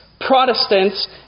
Protestants